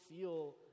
feel